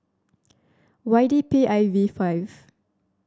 Y D P I V five